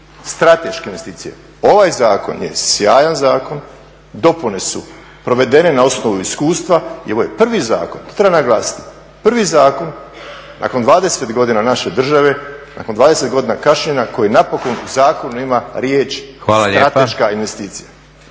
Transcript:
strateške investicije. Ovaj zakon je sjajan zakon, dopune su provedene na osnovu iskustva i ovo je prvi zakon to treba naglasiti, prvi zakon nakon 20 godina naše države, nakon 20 godina kašnjenja koji napokon u zakonu ima riječ strateška